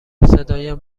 صدایم